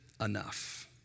enough